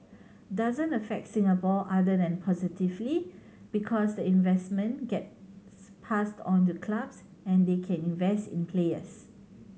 doesn't affect Singapore other than positively because the investment gets passed on the clubs and they can invest in players